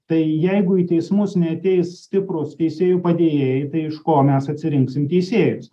tai jeigu į teismus neateis stiprūs teisėjų padėjėjai tai iš ko mes atsirinksim teisėjus